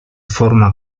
forma